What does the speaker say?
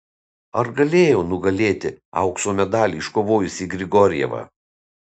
ar galėjau nugalėti aukso medalį iškovojusį grigorjevą